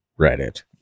Reddit